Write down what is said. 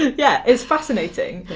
yeah it's fascinating.